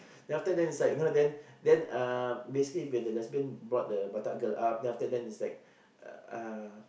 then after then is like you know then then uh basically when the lesbian brought the batak girl up then after then is like uh